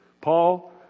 Paul